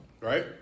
right